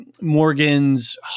Morgan's